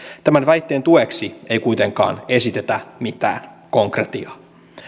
tämän väitteen tueksi ei kuitenkaan esitetä mitään konkretiaa